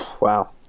Wow